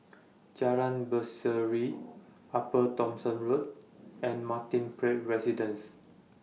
Jalan Berseri Upper Thomson Road and Martin Place Residences